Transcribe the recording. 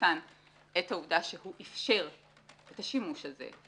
באמצעותן את העובדה שהוא איפשר את השימוש הזה,